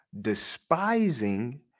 despising